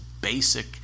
basic